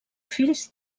fills